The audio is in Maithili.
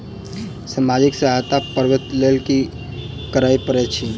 सामाजिक सहायता पाबै केँ लेल की करऽ पड़तै छी?